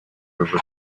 river